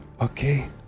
okay